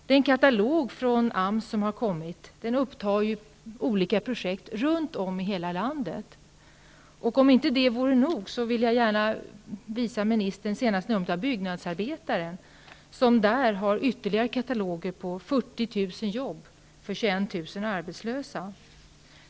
Den katalog av åtgärder som har kommit från AMS upptar olika projekt runt om i landet. Om det inte är nog vill jag gärna visa ministern senaste numret av Byggnadsarbetaren, som har ytterligare kataloger på 40 000 jobb för 21 000 arbetslösa.